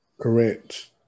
Correct